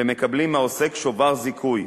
והם מקבלים מהעוסק שובר זיכוי.